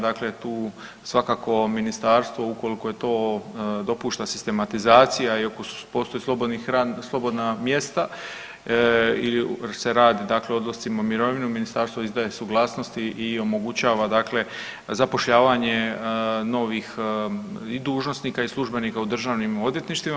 Dakle tu svakako Ministarstvo ukoliko to dopušta sistematizacija i ako postoje slobodna mjesta ili se radi dakle o odlascima u mirovinu, Ministarstvo izdaje suglasnost i omogućava dakle zapošljavanje novih i dužnosnika i službenika u državnim odvjetništvima.